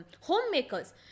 homemakers